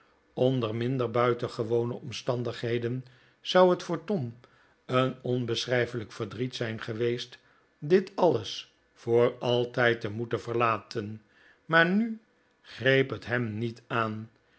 onder minder buitehgewone omstandigheden zou het voor tom een onbeschrijfelijk verdriet zijn geweest dit alles voor altijd te moeten verlaten maar nu greep het hem niet aan